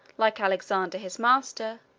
like alexander his master,